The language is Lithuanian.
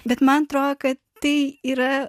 bet man atrodo kad tai yra